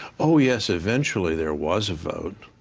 oh yes, eventually there was a vote,